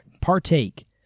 partake